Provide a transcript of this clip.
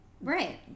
Right